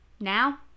Now